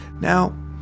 now